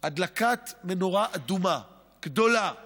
הדלקת מנורה אדומה גדולה לקואליציה,